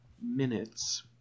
minutes